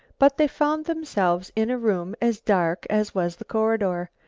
but they found themselves in a room as dark as was the corridor.